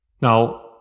Now